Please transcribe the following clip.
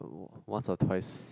once or twice